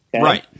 Right